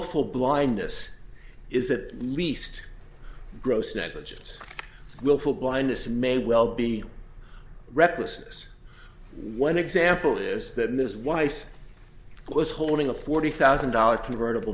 wilful blindness is it least gross negligence willful blindness may well be recklessness one example is that ms weiss was holding a forty thousand dollars convertible